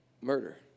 murder